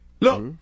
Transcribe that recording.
Look